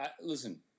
Listen